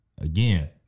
again